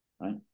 Right